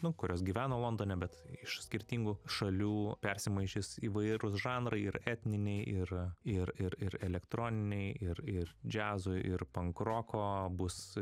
nu kurios gyvena londone bet iš skirtingų šalių persimaišys įvairūs žanrai ir etniniai ir ir ir ir elektroniniai ir ir džiazo ir pankroko bus